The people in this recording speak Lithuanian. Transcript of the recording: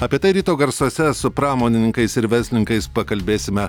apie tai ryto garsuose su pramonininkais ir verslininkais pakalbėsime